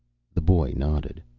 the boy nodded.